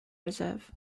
reserve